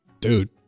dude